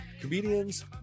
comedians